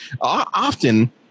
often